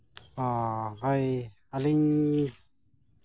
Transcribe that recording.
ᱚ ᱦᱳᱭ ᱟᱹᱞᱤᱧ